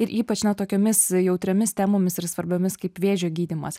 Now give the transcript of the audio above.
ir ypač na tokiomis jautriomis temomis ir svarbiomis kaip vėžio gydymas